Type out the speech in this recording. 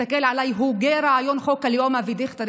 הסתכל עליי, הוגה חוק הלאום אבי דיכטר.